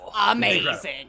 amazing